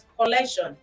collection